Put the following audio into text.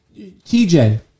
TJ